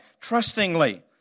trustingly